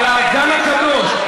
על האגן הקדוש,